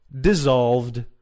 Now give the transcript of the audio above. dissolved